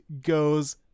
goes